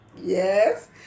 Yes